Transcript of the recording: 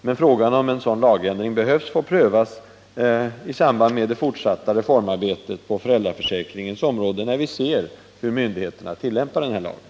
Men frågan om en sådan lagändring behövs får prövas i samband med det fortsatta reformarbetet på föräldraförsäkringens område, när vi ser hur myndigheterna tillämpar lagen.